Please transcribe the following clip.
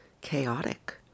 chaotic